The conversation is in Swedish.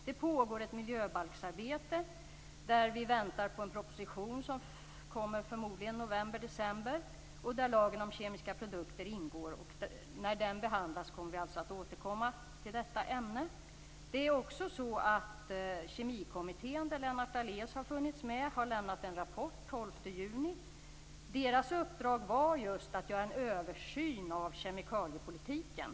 Det pågår ett miljöbalksarbete där vi väntar på en proposition som förmodligen kommer i november december. Där ingår lagen om kemiska produkter. När den behandlas återkommer vi till detta ämne. Kemikommittén, där Lennart Daléus har funnits med, lämnade en rapport den 12 juni. Kommitténs uppdrag var just att göra en översyn av kemikaliepolitiken.